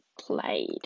played